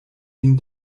vin